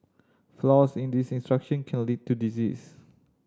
flaws in this instruction can lead to disease